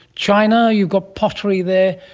china, you've got pottery there,